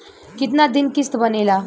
कितना दिन किस्त बनेला?